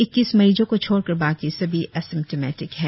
इक्कीस मरीजो को छोड़कर बाकी सभी एसिम्टोमेटिक है